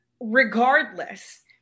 regardless